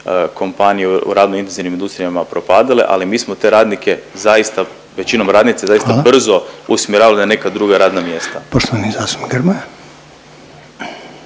kompanije u radno intenzivnim industrijama propadale, ali mi smo te radnike zaista većinom radnice, …/Upadica Reiner: Hvala./… zaista brzo usmjeravali na neka druga radna mjesta.